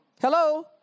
Hello